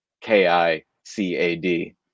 K-I-C-A-D